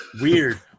weird